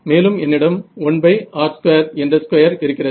மேலும் என்னிடம் 1r2 என்ற ஸ்கொயர் இருக்கிறது